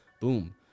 Boom